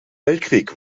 weltkrieg